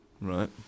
Right